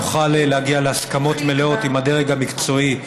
נוכל להגיע להסכמות מלאות עם הדרג המקצועי,